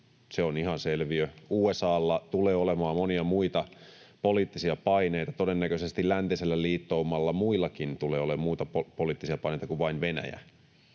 se on ihan selviö. USA:lla tulee olemaan monia muita poliittisia paineita — todennäköisesti läntisellä liittoumalla, muillakin, tulee olemaan muita poliittisia paineita kuin vain Venäjä.